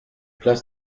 place